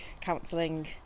counselling